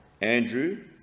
Andrew